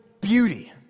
beauty